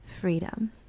freedom